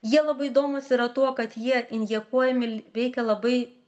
jie labai įdomūs yra tuo kad jie injekuojami l reikia labai